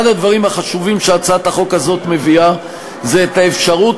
אחד הדברים החשובים שהצעת החוק הזאת מביאה זה האפשרות